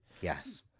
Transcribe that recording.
Yes